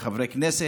לחברי הכנסת,